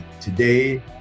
today